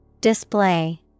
Display